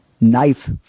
knife